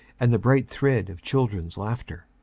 and the bright thread of children's laughter.